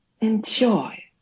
enjoy